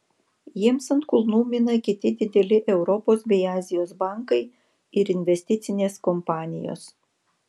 jiems ant kulnų mina kiti dideli europos bei azijos bankai ir investicinės kompanijos